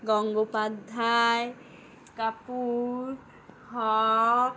Gangopadhyay Kapoor Haque